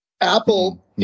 Apple